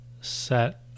set